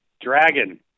dragon